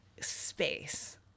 space